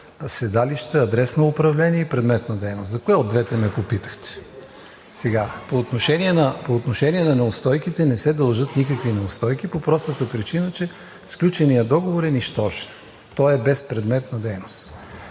седалища, адрес на управление и предмет на дейност? За кое от двете ме попитахте? (Реплики.) По отношение на неустойките, не се дължат никакви неустойки по простата причина, че сключеният договор е нищожен, той е без предмет на дейност.